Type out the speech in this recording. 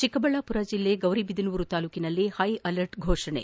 ಚಿಕ್ನ ಬಳ್ಳಾಪುರ ಜಿಲ್ಲೆ ಗೌರಿಬಿದನೂರು ತಾಲೂಕಿನಲ್ಲಿ ಹೈಅಲರ್ಟ್ ಘೋಷಣೆ